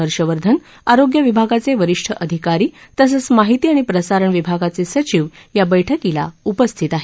हर्षवंधन आरोग्य विभागाचे वरिष्ठ अधिकारी तसंच माहिती आणि प्रसारण विभागाचे सचिव बैठकीत उपस्थित आहेत